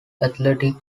athletic